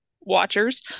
watchers